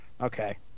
Okay